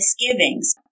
misgivings